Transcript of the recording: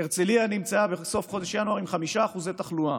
והרצליה נמצאה בסוף חודש ינואר עם 5% תחלואה,